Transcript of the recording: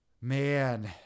man